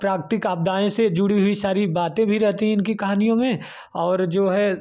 प्राप्तिक आपदाएँ से जुड़ी हुई सारी बातें भी रहती इनकी कहानियों में और जो है